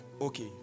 okay